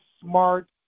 smart